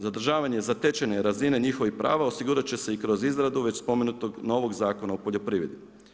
Zadržavanje zatečene razine njihovih prava osigurat će se i kroz izradu već spomenutog novog Zakona o poljoprivredi.